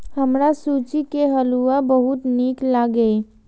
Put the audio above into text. हमरा सूजी के हलुआ बहुत नीक लागैए